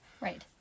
Right